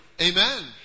Amen